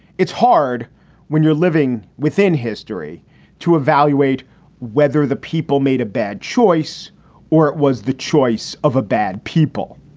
it's hard when you're living within history to evaluate whether the people made a bad choice or it was the choice of a bad people.